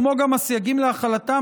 כמו גם הסייגים להחלתם,